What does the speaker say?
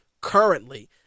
currently